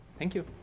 thank you